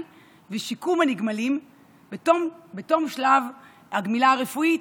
ושיקום הנגמלים בתום שלב הגמילה הרפואית,